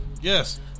Yes